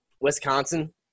Wisconsin